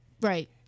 Right